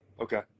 Okay